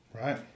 Right